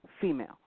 female